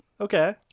Okay